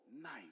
night